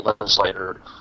legislator